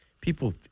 people